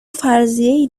فرضیهای